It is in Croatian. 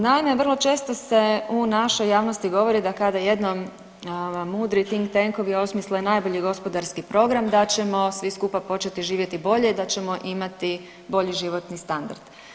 Naime, vrlo često se u našoj javnosti govori da kada jednom mudri think tenkovi osmisle najbolji gospodarski program, da ćemo svi skupa početi živjeti bolje i da ćemo imati bolji životni standard.